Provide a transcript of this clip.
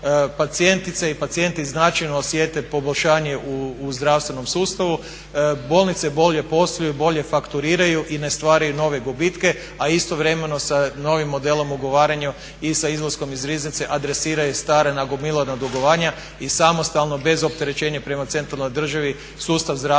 pacijentice i pacijenti značajno osjete poboljšanje u zdravstvenom sustavu. Bolnice bolje posluju, bolje fakturiraju i ne stvaraju nove gubitke, a istovremeno sa novim modelom ugovaranja i sa izlaskom iz Riznice adresiraju stara nagomilana dugovanja i samostalno, bez opterećenja prema centralnoj državi sustav zdravstva